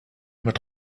mit